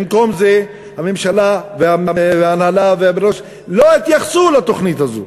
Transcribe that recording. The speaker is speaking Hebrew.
במקום זה הממשלה וההנהלה לא התייחסו לתוכנית הזאת.